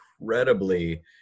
incredibly